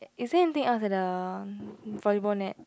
is there anything else at the volleyball net